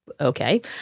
Okay